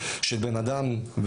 שבן אדם,